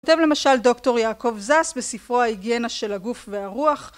כותב למשל דוקטור יעקב זס בספרו 'ההיגיינה של הגוף והרוח'